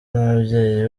n’ababyeyi